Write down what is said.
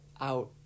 out